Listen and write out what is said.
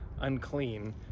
unclean